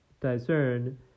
discern